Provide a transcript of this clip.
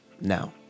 Now